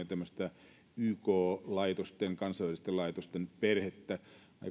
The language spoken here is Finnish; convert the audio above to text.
tämmöistä yk laitosten kansainvälisten laitosten perhettä